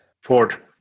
Ford